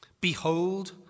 behold